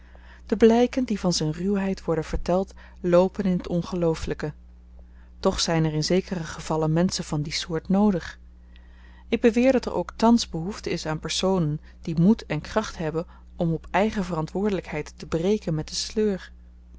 de blyken die van z'n ruwheid worden verteld loopen in t ongelooflyke toch zyn er in zekere gevallen menschen van die soort noodig ik beweer dat er ook thans behoefte is aan personen die moed en kracht hebben om op eigen verantwoordelykheid te breken met den sleur